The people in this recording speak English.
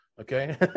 Okay